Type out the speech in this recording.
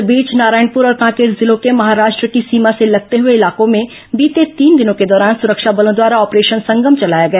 इस बीच नारायणपुर और कांकेर जिलों के महाराष्ट्र की सीमा से लगते इलाकों में बीते तीन दिनों के दौरान सुरक्षा बलों द्वारा ऑपरेशन संगम चलाया गया